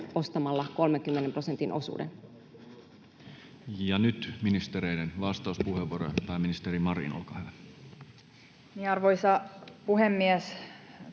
ostamalla 30 prosentin osuuden. Ja nyt ministereiden vastauspuheenvuorot. — Pääministeri Marin, olkaa hyvä. Arvoisa puhemies!